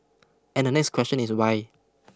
and next question is why